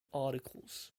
articles